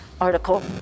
article